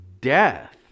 death